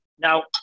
Now